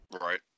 Right